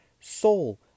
soul